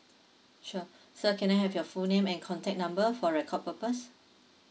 sure sir can I have your full name and contact number for record purpose